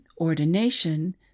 ordination